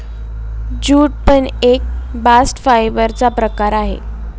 jute पण एक bast fibre चा प्रकार आहे